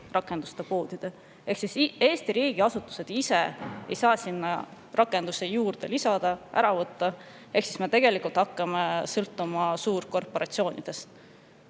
rakenduste poodide kaudu. Eesti riigiasutused ise ei saa sinna rakendusi lisada ega ära võtta. Ehk siis tegelikult me hakkame sõltuma suurkorporatsioonidest.